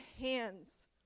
hands